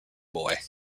boy